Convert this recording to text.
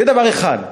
זה דבר אחד.